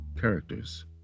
characters